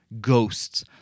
ghosts